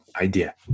idea